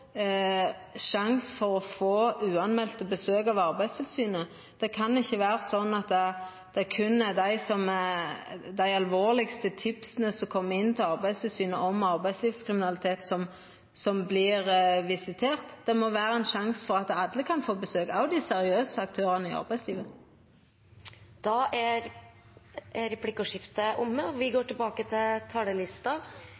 for å få ikkje-varsla besøk av Arbeidstilsynet. Det kan ikkje vera sånn at det berre er dei alvorlegaste tipsa som kjem inn til Arbeidstilsynet om arbeidslivskriminalitet, som vert visiterte. Det må vera ein sjanse for at alle kan få besøk, òg dei seriøse aktørane i arbeidslivet. Replikkordskiftet er omme.